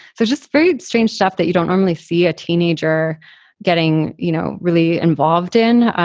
so just very strange stuff that you don't normally see a teenager getting you know really involved in.